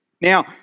Now